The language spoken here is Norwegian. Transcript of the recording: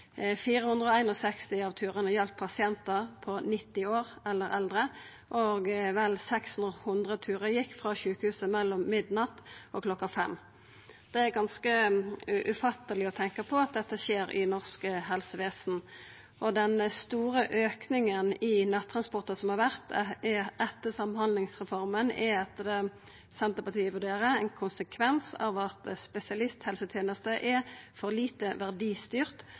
av turane gjaldt pasientar på 90 år eller eldre, og vel 600 turar gjekk frå sjukehuset mellom midnatt og klokka fem. Det er ganske ufatteleg å tenkja på at dette skjer i norsk helsevesen. Den store auken i nattransportar som har vore etter samhandlingsreforma, er etter det Senterpartiet vurderer, ein konsekvens av at spesialisthelsetenesta er for lite verdistyrt,